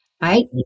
right